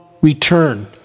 return